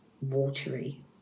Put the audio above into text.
watery